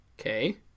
Okay